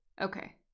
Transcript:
Okay